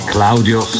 Claudio